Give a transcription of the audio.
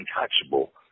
untouchable